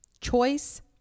Choice